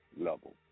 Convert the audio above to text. level